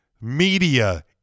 media